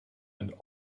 and